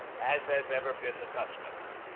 as has ever been the custom.